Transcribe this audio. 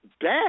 bad